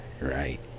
right